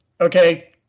Okay